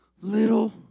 little